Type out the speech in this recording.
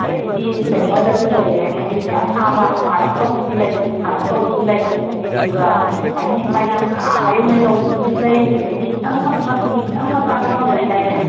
ꯑꯗꯒꯤꯗꯤ ꯁ꯭ꯋꯦꯇꯔꯗꯁꯨ ꯂꯩꯔꯦ ꯃꯣꯏꯒꯤꯁꯦ ꯑꯊꯥꯕ ꯄꯥꯔꯞ ꯇꯧꯕꯁꯨ ꯂꯩ ꯊꯥꯔꯞ ꯇꯧꯕꯁꯨ ꯂꯩ ꯑꯗꯨꯒ ꯍꯥꯏ ꯅꯦꯛ ꯍꯥꯏꯅ ꯄꯨꯔꯥ ꯑꯥ ꯌꯧꯅ ꯌꯧꯕꯤꯗꯨꯁꯨ ꯂꯩ ꯑꯗꯒꯤꯗꯤ ꯈꯤꯇꯪꯈꯛ ꯉꯛꯇꯒꯤ ꯈꯤꯇꯪꯈꯛ ꯀꯥꯈꯠꯄ ꯑꯃ ꯂꯩꯗꯥꯏꯅꯦ